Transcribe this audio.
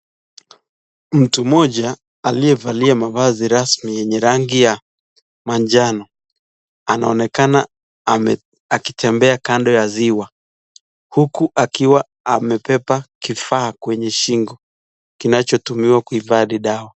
Mtu mmoja aliyevalia mavazi rasmi yenye rangi ya manjano. Anaonekana ame akitembea kando ya ziwa huku akiwa amebeba kifaa kwenye shingo kinachotumika kuhifadhi dawa.